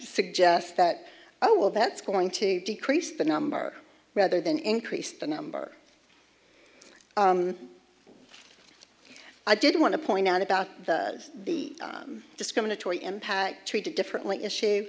suggests that oh well that's going to decrease the number rather than increase the number i didn't want to point out about the discriminatory impact treated differently issue